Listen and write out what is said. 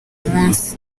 munsi